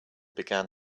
began